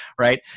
right